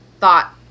thought